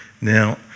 Now